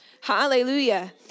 Hallelujah